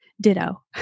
ditto